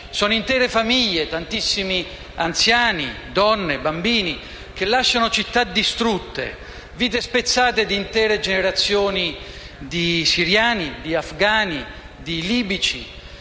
Sono intere famiglie, tantissimi anziani, donne, bambini, che lasciano città distrutte, vite spezzate di intere generazioni di siriani, di afghani, di libici,